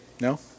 no